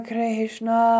Krishna